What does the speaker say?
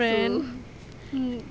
friends mm